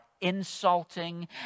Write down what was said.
insulting